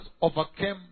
overcame